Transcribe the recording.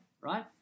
right